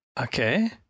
Okay